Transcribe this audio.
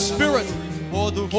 Spirit